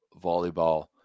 Volleyball